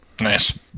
Nice